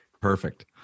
Perfect